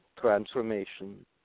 transformation